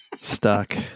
Stuck